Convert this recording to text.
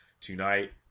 tonight